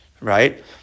Right